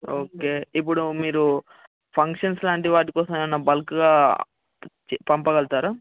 okay ఇప్పుడు మీరు functions లాంటి వాటి కోసం ఏమన్న బల్క్గా చె పంపగలుగుతారా